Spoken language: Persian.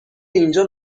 اینجا